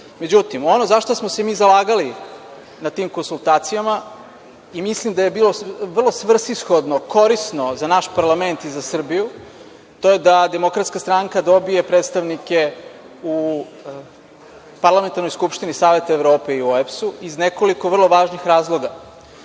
podržati.Međutim, ono za šta smo se mi zalagali na tim konsultacijama i mislim da je bilo vrlo svrsishodno, korisno za naš parlament i za Srbiju, to je da DS dobije predstavnike u Parlamentarnoj skupštini Saveta Evrope i OEBS iz nekoliko vrlo važnih razloga.